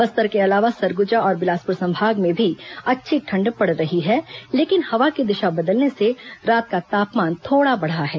बस्तर के अलावा सरगुजा और बिलासपुर संभाग में भी अच्छी ठंड पड़ रही है लेकिन हवा की दिशा बदलने से रात का तापमान थोड़ा बढ़ा है